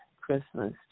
Christmas